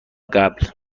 قبل